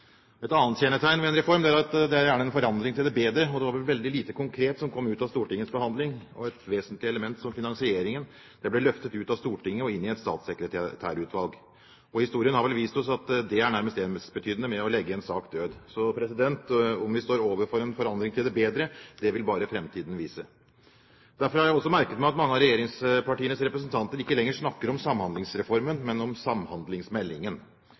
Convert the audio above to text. Et annet kjennetegn ved en reform er at det gjerne er en forandring til det bedre. Nå var det veldig lite konkret som kom ut av Stortingets behandling, og et vesentlig element som finansieringen ble løftet ut av Stortinget og inn i et statssekretærutvalg. Historien har vel vist oss at det er nærmest ensbetydende med å legge en sak død. Så om vi står overfor en forandring til det bedre, vil bare framtiden vise. Derfor har jeg også merket meg at mange av regjeringspartienes representanter ikke lenger snakker om Samhandlingsreformen, men om samhandlingsmeldingen.